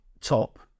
top